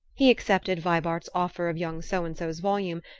he accepted vibart's offer of young so-and-so's volume,